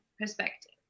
perspective